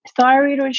Thyroid